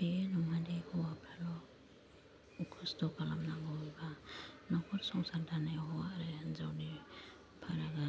बे नङा दे हौवाफ्राल' खस्थ' खालामनांगौ न'खर संसार दानायाव हौवा आरो हिनजावनि फारागा